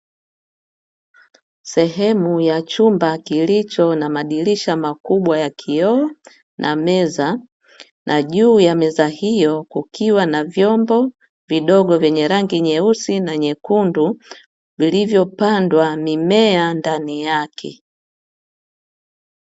Sehemu ya chumba kilicho na madirisha makubwa ya kioo na meza, na juu ya meza hiyo kukiwa na vyombo vidogo vyenye rangi nyeusi na nyekundu, vilivyopandwa mimea ndani yake.